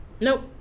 Nope